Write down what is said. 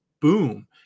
Boom